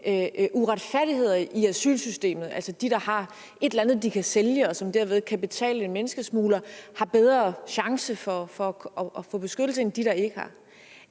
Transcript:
uretfærdigheder i asylsystemet, altså at de, der har et eller andet, de kan sælge, og som derved kan betale en menneskesmugler, har en bedre chance for at få beskyttelse end de, der ikke har.